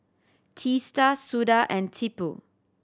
Teesta Suda and Tipu